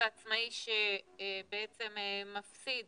העצמאי שבעצם מפסיד